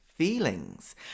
feelings